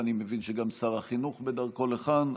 ואני מבין שגם שר החינוך בדרכו לכאן.